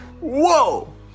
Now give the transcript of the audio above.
whoa